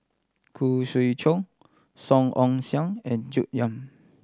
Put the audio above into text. Khoo Swee Chiow Song Ong Siang and June Yap